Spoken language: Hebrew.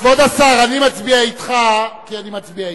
כבוד השר, אני מצביע אתך כי אני מצביע אתך,